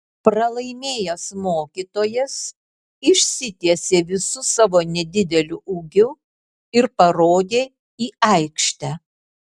pralaimėjęs mokytojas išsitiesė visu savo nedideliu ūgiu ir parodė į aikštę